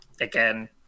Again